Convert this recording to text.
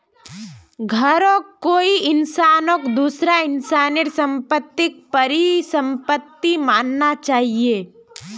घरौंक कोई इंसानक दूसरा इंसानेर सम्पत्तिक परिसम्पत्ति मानना चाहिये